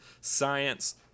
science